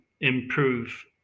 improve